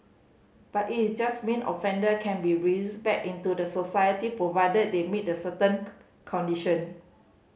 but it is just mean offender can be back into the society provided they meet the certain condition